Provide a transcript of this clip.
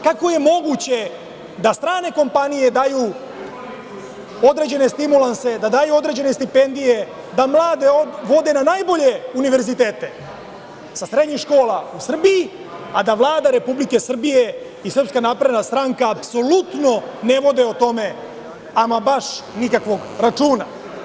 Kako je moguće da strane kompanije daju određene stimulanse, da daju određene stipendije, da mlade vode na najbolje univerzitete sa srednjih škola u Srbiji, a da Vlada Republike Srbije i SNS apsolutno ne vode o tome ama baš nikakvog računa?